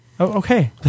Okay